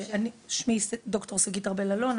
שמי ד"ר שגית ארבל אלון,